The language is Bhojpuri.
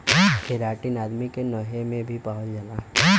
केराटिन आदमी के नहे में भी पावल जाला